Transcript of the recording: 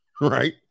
right